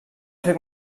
fer